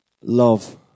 love